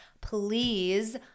please